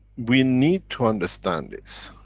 we need to understand this.